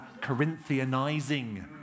Corinthianizing